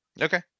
Okay